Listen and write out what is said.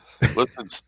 Listen